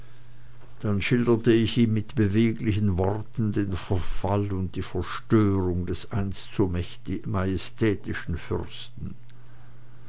dann schilderte ich ihm mit beweglichen worten den verfall und die verstörung des einst so majestätischen fürsten